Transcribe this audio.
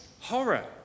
horror